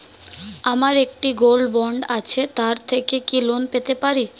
আমার একটি gold bond আছে তার থেকে কি লোন পেতে পারি?